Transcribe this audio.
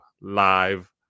Live